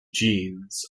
genes